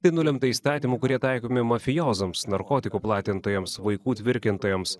tai nulemta įstatymų kurie taikomi mafijozams narkotikų platintojams vaikų tvirkintojams